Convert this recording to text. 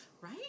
Right